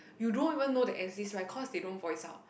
you don't even know they exist right because they don't voice out